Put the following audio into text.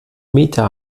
mieter